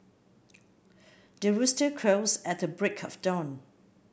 the rooster crows at the break of dawn